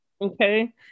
Okay